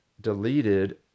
deleted